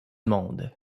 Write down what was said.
monde